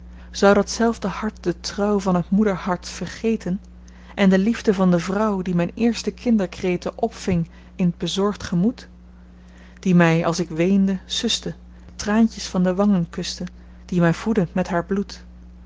zou datzelfde hart de trouw van het moederhart vergeten en de liefde van de vrouw die myn eerste kinderkreten opving in t bezorgd gemoed die my als ik weende suste traantjes van de wangen kuste die my voedde met haar bloed